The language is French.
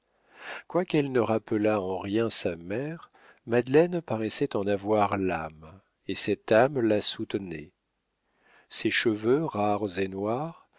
quoiqu'elle ne rappelât en rien sa mère madeleine paraissait en avoir l'âme et cette âme la soutenait ses cheveux rares et noirs